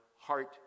heart